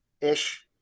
ish